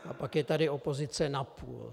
A pak je tady opozice napůl.